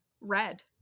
red